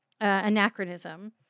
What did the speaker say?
anachronism